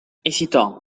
esitò